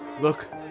look